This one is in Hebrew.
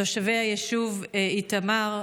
תושבי היישוב איתמר.